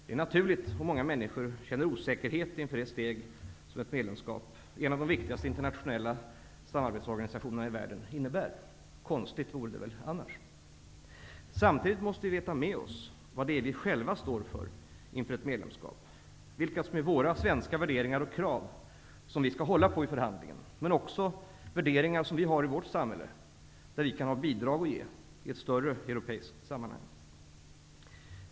Det är naturligt om många människor känner osäkerhet inför det steg som ett medlemskap i en av de viktigaste internationella samarbetsorganisationerna i världen innebär. Konstigt vore det väl annars. Samtidigt måste vi veta med oss vad det är vi själva står för inför ett medlemskap, vilka som är våra svenska värderingar och krav som vi skall hålla på i förhandlingen men också värderingar som vi har i vårt samhälle, där vi kan ha bidrag att ge i en större europeisk utveckling.